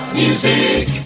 music